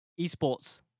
esports